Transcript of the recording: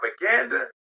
propaganda